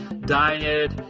diet